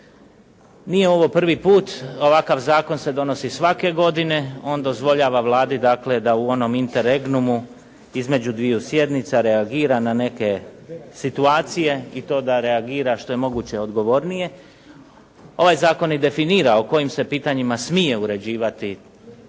Nije ovo prvi put ovakav zakon se donosi svake godine, on dozvoljava Vladi da u onom interegnumu između dviju sjednica reagira na neke situacije i to da reagira što je moguće odgovornije. Ovaj zakon i definira o kojim se pitanjima smije uređivati